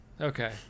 Okay